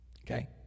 Okay